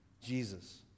Jesus